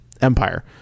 empire